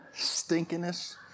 stinkiness